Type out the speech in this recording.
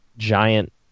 giant